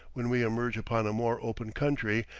when we emerge upon a more open country,